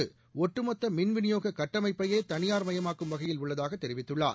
இது ஒட்டுமொத்த மின்விநியோக கட்டமைப்பையே தனியார்மயமாக்கும் வகையில் உள்ளதாக தெரிவித்துள்ளார்